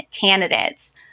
candidates